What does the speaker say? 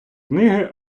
книги